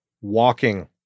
walking